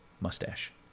Mustache